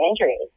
injuries